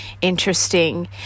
interesting